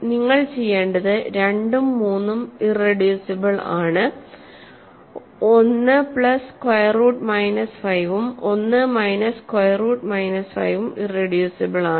നിങ്ങൾ ചെയ്യേണ്ടത് 2 ഉം 3 ഉം ഇറെഡ്യൂസിബിൾ ആണ് 1 പ്ലസ് സ്ക്വയർ റൂട്ട് മൈനസ് 5 ഉം 1 മൈനസ് സ്ക്വയർ റൂട്ട് മൈനസ് 5 ഉം ഇറെഡ്യൂസിബിൾ ആണ്